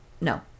No